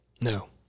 No